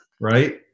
right